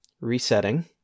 resetting